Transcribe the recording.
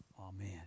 Amen